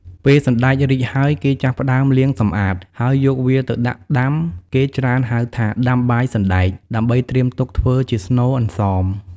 ពេលសណ្តែករីកហើយ គេចាប់ផ្តើមលាងសម្អាត ហើយយកវាទៅដាក់ដាំ គេច្រើនហៅថា ដាំបាយសណ្តែក ដើម្បីត្រៀមទុកធ្វើជាស្នូលអន្សម។